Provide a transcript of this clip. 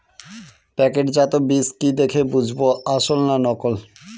প্যাকেটজাত বীজ কি দেখে বুঝব আসল না নকল?